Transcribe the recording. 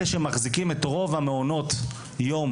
אלה שמחזיקים את רוב המעונות יום,